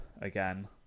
again